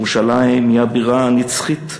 ירושלים היא הבירה הנצחית,